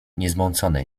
niezmącone